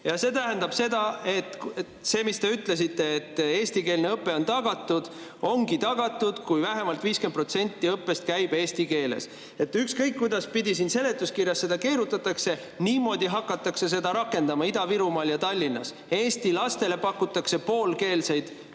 Ja see tähendab seda, et see, mis te ütlesite, et eestikeelne õpe on tagatud, ongi tagatud siis, kui vähemalt 50% õppest käib eesti keeles. Ükskõik, kuidaspidi siin seletuskirjas seda keerutatakse, niimoodi hakatakse seda rakendama Ida-Virumaal ja Tallinnas. Eesti lastele pakutakse poolkeelseid